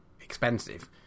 expensive